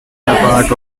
apart